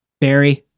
Barry